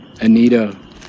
Anita